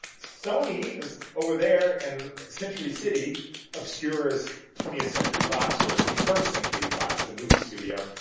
sony is over there, and century city obscures twentieth century fox or twenty first century fox, the movie studio.